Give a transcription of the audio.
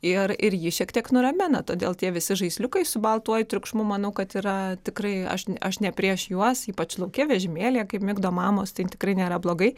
ir ir jį šiek tiek nuramina todėl tie visi žaisliukai su baltuoju triukšmu manau kad yra tikrai aš aš ne prieš juos ypač lauke vežimėlyje kaip migdo mamos tai tikrai nėra blogai